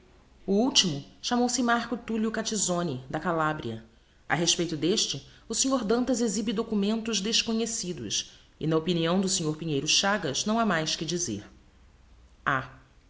o ultimo chamou-se marco tullio catizone da calabria a respeito d'este o snr dantas exhibe documentos desconhecidos e na opinião do snr pinheiro chagas não ha mais que dizer ha